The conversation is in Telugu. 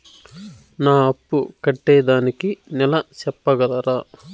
నా అప్పు కట్టేదానికి నెల సెప్పగలరా?